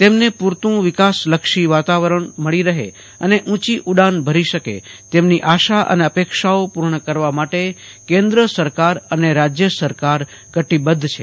તેમને પુરતું વિકાસલક્ષી વાતાવરણ મળી રહે અને ઉચી ઉડાન ભરી શકે તેમની આશા અને અપેક્ષાઓ પુર્ણ કરવા માટે કેન્દ્ર સરકાર અને રાજય સરકાર કટીબધ્ધ છે